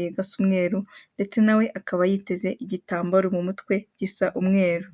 na makumyabiri na kane na.